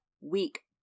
week